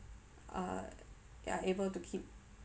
uh ya able to keep